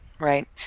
Right